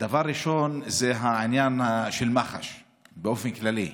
דבר ראשון זה העניין של מח"ש באופן כללי,